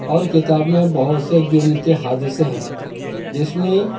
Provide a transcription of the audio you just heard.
اور کتاب میں بہت سے جُرم کے حادثے ہیں جس میں